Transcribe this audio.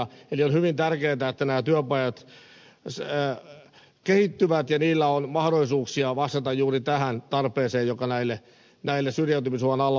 eli on hyvin tärkeätä että nämä työpajat kehittyvät ja niillä on mahdollisuuksia vastata juuri tähän tarpeeseen joka näillä syrjäytymisuhan alla olevilla nuorilla on